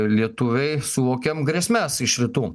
lietuviai suvokiam grėsmes iš rytų